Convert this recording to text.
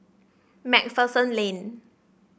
MacPherson Lane